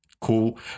Cool